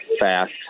fast